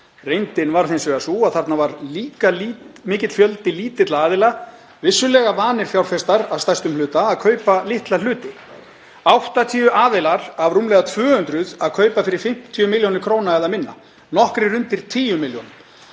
Reyndin varð hins vegar sú að þarna var líka mikill fjöldi lítilla aðila, vissulega vanir fjárfestar að stærstum hluta, að kaupa litla hluti. 80 aðilar af rúmlega 200 að kaupa fyrir 50 millj. kr. eða minna, nokkrir undir 10 milljónum.